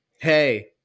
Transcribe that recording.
hey